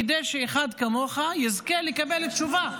כדי שאחד כמוך יזכה לקבל תשובה.